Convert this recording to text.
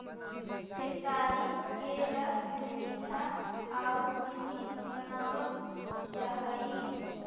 केतारी के रस से मीठा आउ चीनी बनाबल जा हई